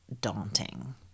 daunting